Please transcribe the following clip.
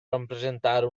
rappresentare